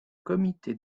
comité